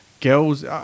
girls